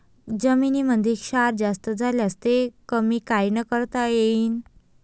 जमीनीमंदी क्षार जास्त झाल्यास ते कमी कायनं करता येईन?